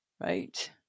Right